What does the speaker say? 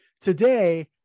today